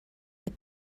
that